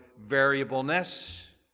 variableness